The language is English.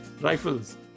rifles